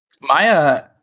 Maya